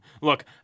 Look